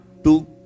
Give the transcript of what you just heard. Two